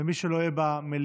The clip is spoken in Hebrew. ומי שלא יהיה במליאה,